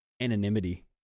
anonymity